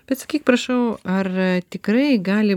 bet sakyk prašau ar tikrai gali